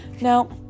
now